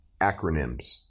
Acronyms